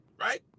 right